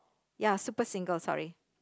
ya super single sorry